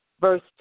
verse